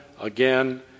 again